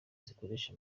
zikoresha